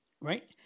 Right